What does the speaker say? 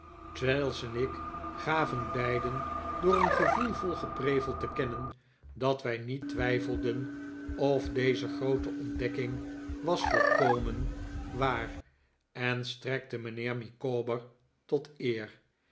traddles en ik gaven beiden door een gevoelvol geprevej te kennen dat wij niet twijfelden of deze groote ontdekking was volkomen waar en strekte mijnheer micawber tot eer